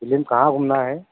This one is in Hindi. दिल्ली में कहाँ घूमना है